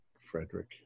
Frederick